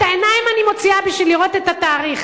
את העיניים אני מוציאה בשביל לראות את התאריך.